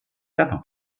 gamma